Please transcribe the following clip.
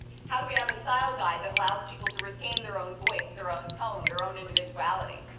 how do we have the style guide that allows people to retain their own voice, their own tone, their own individuality.